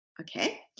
okay